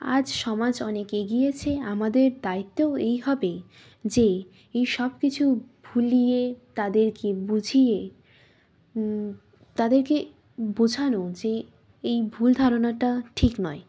আজ সমাজ অনেক এগিয়েছে আমাদের দায়িত্বও এই হবে যে এই সব কিছু ভুলিয়ে তাদেরকে বুঝিয়ে তাদেরকে বোঝানো যে এই ভুল ধারণাটা ঠিক নয়